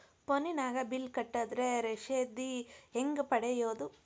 ಫೋನಿನಾಗ ಬಿಲ್ ಕಟ್ಟದ್ರ ರಶೇದಿ ಹೆಂಗ್ ಪಡೆಯೋದು?